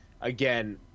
again